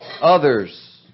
others